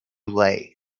late